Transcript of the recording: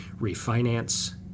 refinance